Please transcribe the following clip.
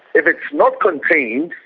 if it's not contained,